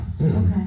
Okay